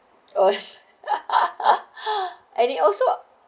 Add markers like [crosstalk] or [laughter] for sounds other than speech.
oh [laughs] I think also